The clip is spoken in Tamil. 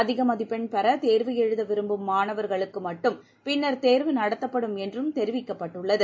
அதிக மதிப்பென் பெற தேர்வு எழுத விரும்பும் மாணவர்களுக்கு மட்டும் பின்னர் தேர்வு நடத்தப்படும் என்றும் தெரிவிக்கப்பட்டது